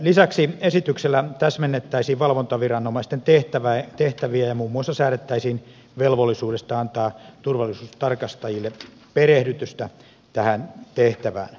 lisäksi esityksellä täsmennettäisiin valvontaviranomaisten tehtäviä ja muun muassa säädettäisiin velvollisuudesta antaa turvallisuustarkastajille perehdytystä tähän tehtävään